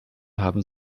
haben